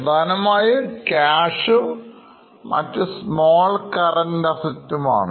പ്രധാനമായും ക്യാഷും മറ്റു small കറൻറ് assets ഉംമാണ്